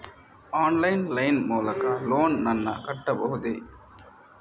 Online line ಮೂಲಕ loan ನನ್ನ ಕಟ್ಟಬಹುದೇ?